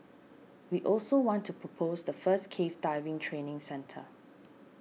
we also want to propose the first cave diving training centre